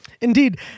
Indeed